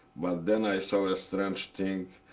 but then i saw a strange thing.